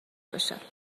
باشد